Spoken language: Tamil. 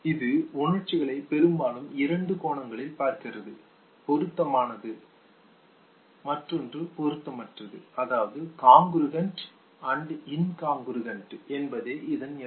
இது உணர்ச்சிகளை பெரும்பாலும் இரண்டு கோணங்களில் பார்க்கிறது பொருத்தமானதா காங்கிருக்கேன்ட் பொருத்தமற்றதா இன்காங்கிருக்கேன்ட் என்பதே இதன் இலக்கு